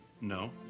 No